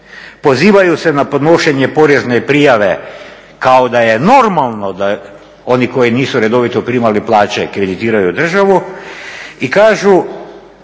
pozivaju se na podnošenje porezne prijave kao da je normalno da oni koji nisu redovito primali plaće kreditiraju državu i kažu